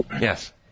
Yes